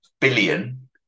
billion